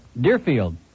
Deerfield